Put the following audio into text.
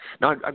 Now